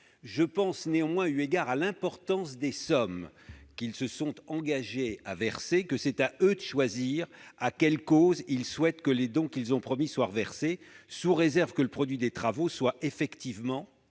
préalable. Néanmoins, eu égard à l'importance des sommes qu'ils se sont engagés à verser, je pense que c'est à eux de choisir à quelle cause ils souhaitent que les dons qu'ils ont promis soient versés, sous réserve que le produit de la souscription